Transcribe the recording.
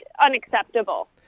unacceptable